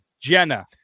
Jenna